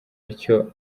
atyo